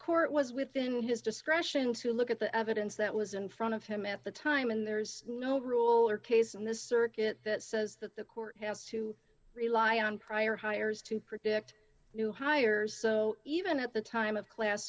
court was within his discretion to look at the evidence that was in front of him at the time and there's no rule or case in this circuit that says that the court has to rely on prior hires to predict new hires so even at the time of class